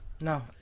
No